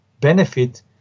benefit